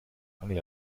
angel